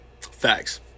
Facts